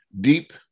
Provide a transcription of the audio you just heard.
deep